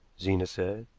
zena said.